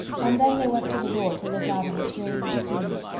and then they went to the door to look out on the strange scene.